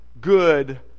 good